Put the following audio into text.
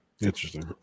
Interesting